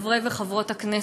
חברי וחברות הכנסת,